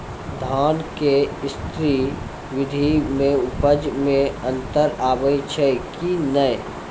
धान के स्री विधि मे उपज मे अन्तर आबै छै कि नैय?